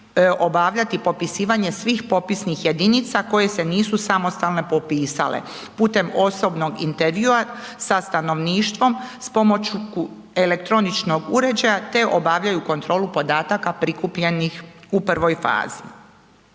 obavljati popisivanje svih popisnih jedinica koje se nisu samostalno popisale putem osobnog intervjua sa stanovništvom s pomoću elektroničnog uređaja te obavljaju kontrolu podataka prikupljenih u prvoj fazi.